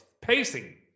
pacing